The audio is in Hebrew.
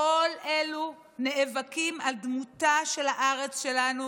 כל אלה נאבקים על דמותה של הארץ שלנו